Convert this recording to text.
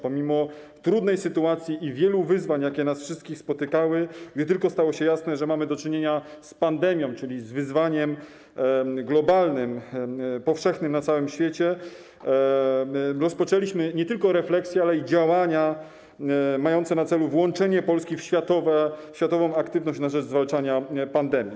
Pomimo trudnej sytuacji i wielu wyzwań, z jakimi wszyscy się spotykaliśmy, gdy tylko stało się jasne, że mamy do czynienia z pandemią, czyli z wyzwaniem globalnym, powszechnym na całym świecie, rozpoczęliśmy nie tylko refleksję, ale i działania mające na celu włączenie Polski w światową aktywność na rzecz zwalczania pandemii.